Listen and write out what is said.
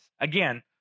Again